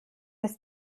ist